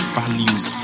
values